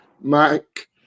Mike